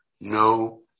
no